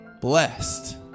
blessed